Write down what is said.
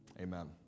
amen